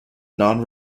non